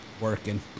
working